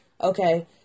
Okay